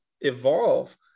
evolve